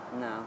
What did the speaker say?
No